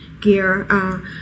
gear